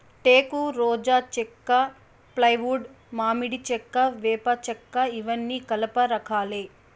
టేకు, రోజా చెక్క, ఫ్లైవుడ్, మామిడి చెక్క, వేప చెక్కఇవన్నీ కలప రకాలే